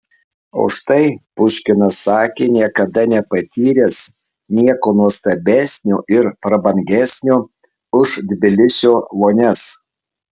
o štai puškinas sakė niekada nepatyręs nieko nuostabesnio ir prabangesnio už tbilisio vonias